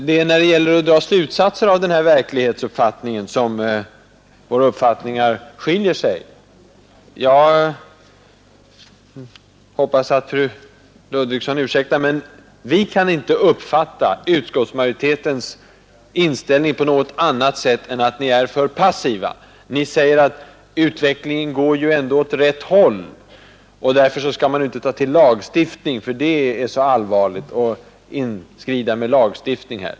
Det är när det gäller att dra slutsatser av denna verklighetsuppfattning som våra åsikter skiljer sig. Jag hoppas att fru Ludvigsson ursäktar, men vi kan inte uppfatta utskottsmajoritetens inställning på något annat sätt än att ni är för passiva. Ni säger att ”utvecklingen går ju ändå åt rätt håll och därför skall man inte ta till lagstiftning: det är så allvarligt att inskrida med lagstiftning”.